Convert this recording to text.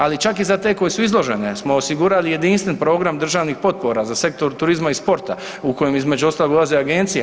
Ali čak i za te koje su izložene smo osigurali jedinstven program državnih potpora za sektor turizma i sporta u kojem između ostalog ulaze agencije.